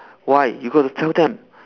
why you got to tell them